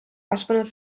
kasvanud